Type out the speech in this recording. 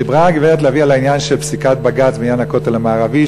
דיברה הגברת לביא על פסיקת בג"ץ בעניין הכותל המערבי,